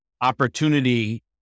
opportunity